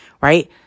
right